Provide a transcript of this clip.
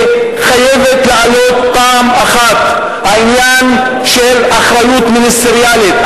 וחייב לעלות פעם אחת העניין של אחריות מיניסטריאלית,